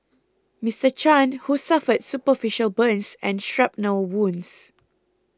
Mister Chan who suffered superficial burns and shrapnel wounds